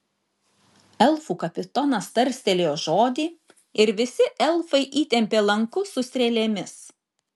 elfų kapitonas tarstelėjo žodį ir visi elfai įtempė lankus su strėlėmis